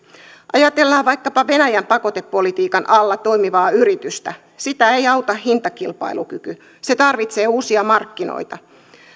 ajatellaan vaikkapa venäjän pakotepolitiikan alla toimivaa yritystä sitä ei auta hintakilpailukyky se tarvitsee uusia markkinoita